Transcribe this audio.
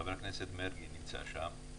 חבר הכנסת מרגי, נמצא שם.